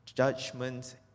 Judgment